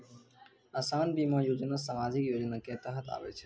असान बीमा योजना समाजिक योजना के तहत आवै छै